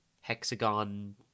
hexagon